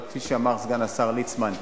אבל כפי שאמר סגן השר ליצמן,